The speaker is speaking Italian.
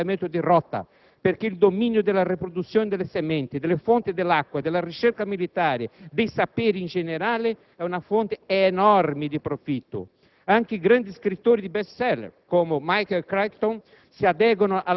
Ai giganteschi conglomerati scientifico-industriali non interessa un cambiamento di rotta, perché il dominio della riproduzione delle sementi, delle fonti di acqua, della ricerca militare, dei saperi in generale è una fonte enorme di profitto.